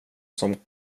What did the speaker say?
som